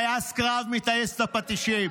סגן אלוף נ', טייס קרב מטייסת הפטישים.